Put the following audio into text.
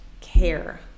care